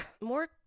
More